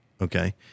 okay